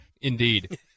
Indeed